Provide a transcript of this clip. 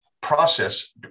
process